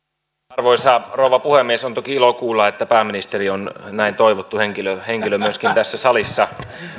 arvoisa rouva puhemies on toki ilo kuulla että pääministeri on näin toivottu henkilö henkilö myöskin tässä salissa